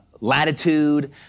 latitude